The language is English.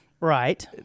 right